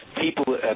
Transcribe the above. people